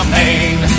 main